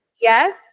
yes